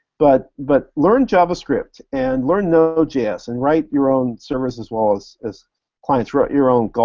but but learn javascript. and learn node js and write your own service as well as as clients, write your own